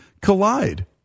collide